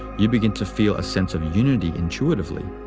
you begin to feel a sense of unity intuitively.